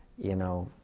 you know,